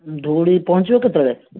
ଧଉଳି ପହଞ୍ଚିବ କେତେବେଳେ